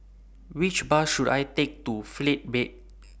Which Bus should I Take to Faith Bible